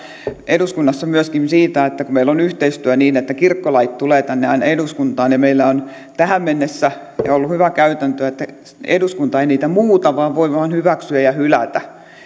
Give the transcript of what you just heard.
eduskunnassa myöskin siitä että meillä on yhteistyö niin että kun kirkkolait tulevat aina tänne eduskuntaan meillä on tähän mennessä ollut hyvä käytäntö että eduskunta ei niitä muuta vaan voi vain hyväksyä tai hylätä